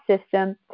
system